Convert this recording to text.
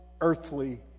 earthly